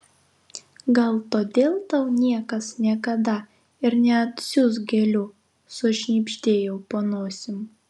gal todėl tau niekas niekada ir neatsiųs gėlių sušnibždėjau po nosim